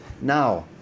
now